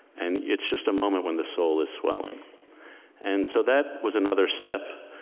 and it's just a moment when the soul is swelling and so that was another step.